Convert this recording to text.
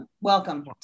Welcome